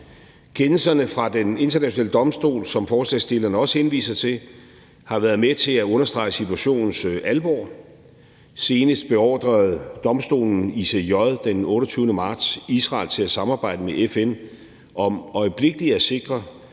Kendelserne fra den internationale domstol, som forslagsstillerne også henviser til, har været med til at understrege situationens alvor. Senest beordrede domstolen ICJ den 28. marts Israel til at samarbejde med FN om øjeblikkeligt at sikre,